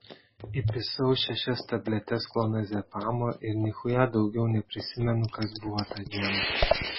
įpisau šešias tabletes klonazepamo ir nichuja daugiau neprisimenu kas buvo tą dieną